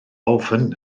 ofn